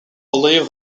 believed